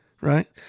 right